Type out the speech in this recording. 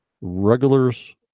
regulars